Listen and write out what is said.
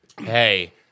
Hey